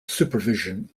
supervision